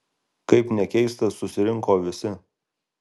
kaip nekeista susirinko visi